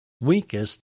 weakest